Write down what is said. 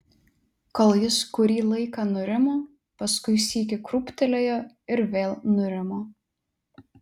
kol jis kurį laiką nurimo paskui sykį krūptelėjo ir vėl nurimo